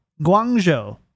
Guangzhou